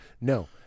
No